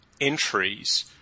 entries